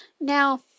Now